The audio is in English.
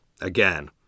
again